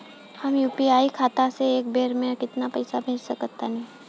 हम यू.पी.आई खाता से एक बेर म केतना पइसा भेज सकऽ तानि?